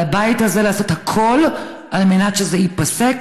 על הבית הזה לעשות הכול על מנת שזה ייפסק